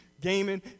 gaming